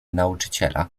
nauczyciela